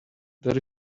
there